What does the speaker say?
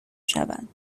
شوند